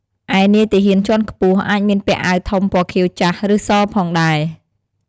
ឯនាយទាហានជាន់ខ្ពស់ អាចមានពាក់អាវធំពណ៌ខៀវចាស់ ឬសផងដែរ។